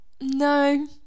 no